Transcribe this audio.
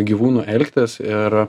gyvūnu elgtis ir